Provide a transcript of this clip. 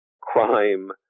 crime